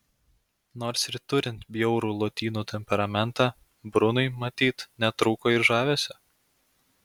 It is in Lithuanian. nors ir turint bjaurų lotynų temperamentą brunui matyt netrūko ir žavesio